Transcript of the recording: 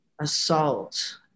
assault